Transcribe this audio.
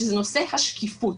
שזה נושא השקיפות.